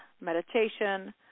meditation